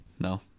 No